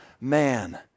man